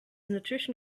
nutrition